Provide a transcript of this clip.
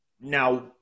Now